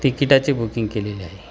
तिकिटाची बुकिंग केलेली आहे